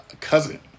cousin